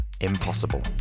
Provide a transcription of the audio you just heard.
impossible